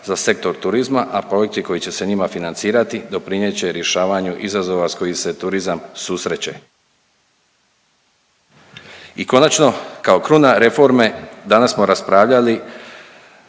za sektor turizma, a … koji će se njima financirati doprinijet će rješavanju izazova s kojim se turizam susreće. I konačno kao kruna reforme danas smo raspravljali